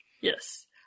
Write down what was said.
Yes